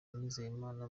nizeyimana